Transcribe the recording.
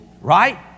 right